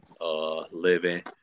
living